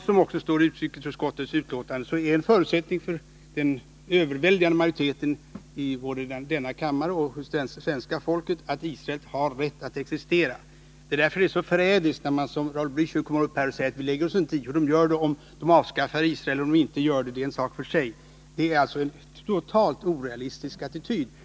Det framgår av utrikesutskottets betänkande att en överväldigande majoritet i denna kammare och inom svenska folket förutsätter att Israel skall ha rätt att existera. Det är därför det är så förrädiskt när man, som Raul Blächer, säger att man inte lägger sig i om Israel avskaffas eller inte — det är en sak för sig. Detta är alltså en totalt orealistisk attityd.